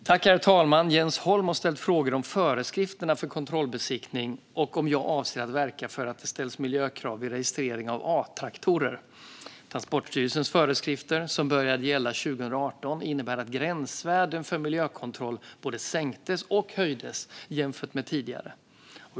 Herr talman! Jens Holm har ställt frågor om föreskrifterna för kontrollbesiktning och om jag avser att verka för att det ställs miljökrav vid registrering av A-traktorer. Transportstyrelsens föreskrifter, som började gälla 2018, innebär att gränsvärden för miljökontroll både sänktes och höjdes jämfört med tidigare.